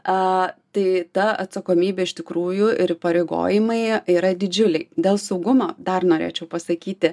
a tai ta atsakomybė iš tikrųjų ir įpareigojimai yra didžiuliai dėl saugumo dar norėčiau pasakyti